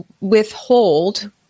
withhold